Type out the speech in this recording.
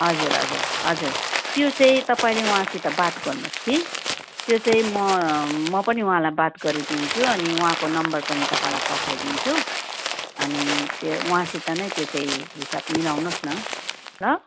हजुर हजुर हजुर त्यो चाहिँ तपाईँले उहाँसित बात गर्नुहोस् कि त्यो चाहिँ म म पनि उहाँलाई बात गरिदिन्छु अनि उहाँको नम्बर पनि तपाईँलाई पठाइदिन्छु अनि त्यो उहाँसित नै त्यो चाहिँ हिसाब मिलाउनोस् न ल